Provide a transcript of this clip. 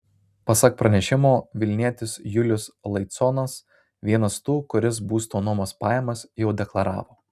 pasak pranešimo vilnietis julius laiconas vienas tų kuris būsto nuomos pajamas jau deklaravo